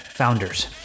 founders